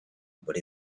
but